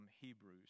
Hebrews